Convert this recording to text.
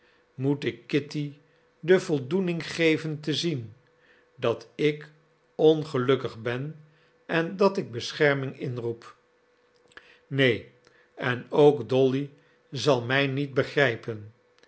moet ik kitty de voldoening geven te zien dat ik ongelukkig ben en dat ik bescherming inroep neen en ook dolly zal mij niet begrijpen